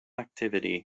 activity